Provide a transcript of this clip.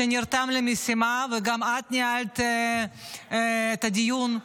שנרתם למשימה וגם את ניהלת את הדיון,